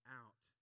out